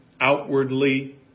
Outwardly